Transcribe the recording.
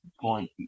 point